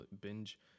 binge